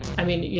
i mean,